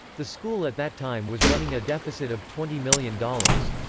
the school at that time was running a deficit of twenty million dollars.